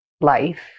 life